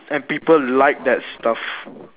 and people like that stuff